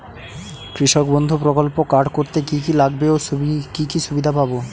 কৃষক বন্ধু প্রকল্প কার্ড করতে কি কি লাগবে ও কি সুবিধা পাব?